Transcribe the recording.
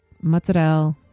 mozzarella